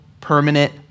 permanent